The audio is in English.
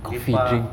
lepak